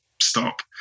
stop